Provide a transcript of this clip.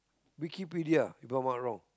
Wikipedia if I'm not wrong